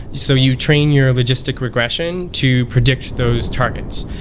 so you train your logistic regression to predict those targets.